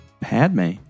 Padme